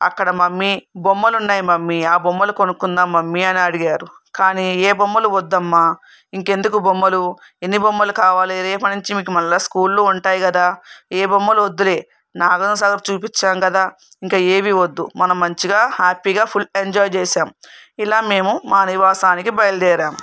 అక్కడ మమ్మీ బొమ్మలు ఉన్నాయి మమ్మీ ఆ బొమ్మలు కొనుక్కుందాం మమ్మీ అని అడిగారు కానీ ఏ ఏబొమ్మలు వద్దమ్మా ఇంకెందుకు బొమ్మలు ఎన్ని బొమ్మలు కావాలి రేపటి నుంచి మళ్లీ మీకు స్కూళ్ళు ఉంటాయి కదా ఏ బొమ్మలు వద్దులే నాగార్జున్ సాగర్ చూపించాం కదా ఇంకా ఏవి వద్దు మనం మంచిగా హ్యాపీగా ఫుల్ ఎంజాయ్ చేసాం ఇలా మేము మా నివాసానికి బయలుదేరాం